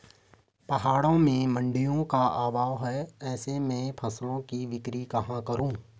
पहाड़ों में मडिंयों का अभाव है ऐसे में फसल की बिक्री कहाँ करूँ?